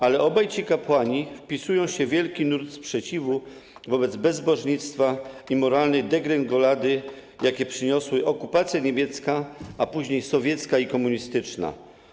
Ale obaj ci kapłani wpisują się w wielki nurt sprzeciwu wobec bezbożnictwa i moralnej degrengolady, jakie przyniosła okupacja niemiecka, a później sowiecka i komunistyczna.